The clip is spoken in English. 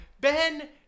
Ben